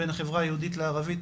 בין החברה היהודית לערבית,